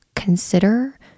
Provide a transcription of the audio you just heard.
Consider